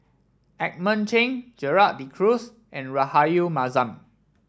Edmund Cheng Gerald De Cruz and Rahayu Mahzam